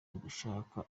ugushaka